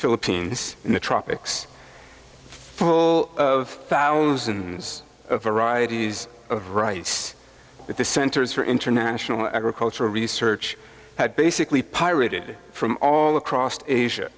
philippines in the tropics full of thousands of varieties of rice but the centers for international agricultural research had basically pirated from all across asia